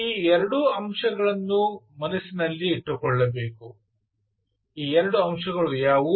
ಈ ಎರಡೂ ಅಂಶಗಳನ್ನು ಮನಸ್ಸಿನಲ್ಲಿಟ್ಟುಕೊಳ್ಳಬೇಕು ಈ ಎರಡು ಅಂಶಗಳು ಯಾವುವು